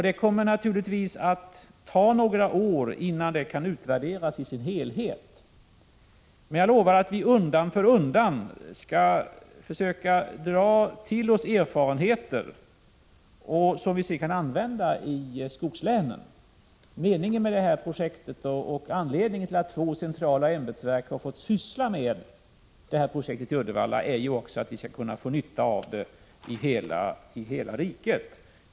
Det kommer naturligtvis att ta några år innan det kan utvärderas i sin helhet, men jag lovar att vi undan för undan skall försöka dra till oss erfarenheter som vi sedan kan använda i skogslänen. Meningen med projektet i Uddevalla och anledningen till att två centrala ämbetsverk har fått syssla med det är bl.a. att vi skall kunna få nytta av det i hela riket.